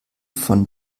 von